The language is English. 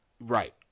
right